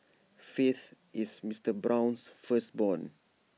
faith is Mister Brown's firstborn